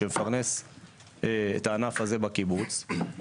שמפרנס את הענף הזה בקיבוץ,